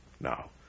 Now